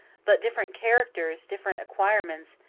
but different characters, different acquirements,